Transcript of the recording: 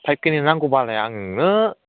five केनि नांगौबालाय आं नोंनो